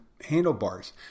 handlebars